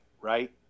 right